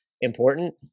important